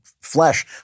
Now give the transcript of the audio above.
flesh